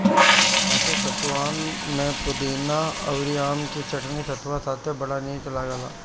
असो सतुआन में पुदीना अउरी आम के चटनी सतुआ साथे बड़ा निक लागल